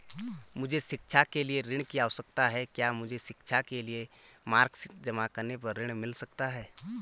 मुझे शिक्षा के लिए ऋण की आवश्यकता है क्या मुझे शिक्षा के लिए मार्कशीट जमा करने पर ऋण मिल सकता है?